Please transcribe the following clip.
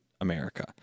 America